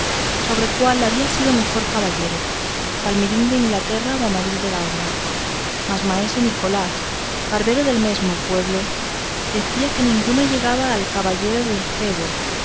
sobre cuál había sido mejor caballero palmerín de ingalaterra o amadís de gaula mas maese nicolás barbero del mesmo pueblo decía que ninguno llegaba al caballero del febo